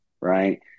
right